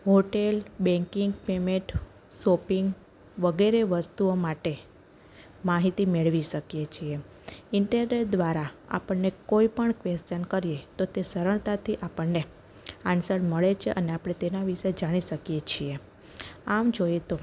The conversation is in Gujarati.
હોટેલ બેન્કિંગ પેમેટ સોપિંગ વગેરે વસ્તુઓ માટે માહિતી મેળવી શકીએ છીએ ઇન્ટેરેટ દ્વારા આપણને કોઈ પણ કવેસ્ચન કરીએ તો તે સરળતાથી આપણને આન્સર મળે છે અને આપણે તેનાં વિશે જાણી શકીએ છીએ આમ જોઈએ તો